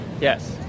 Yes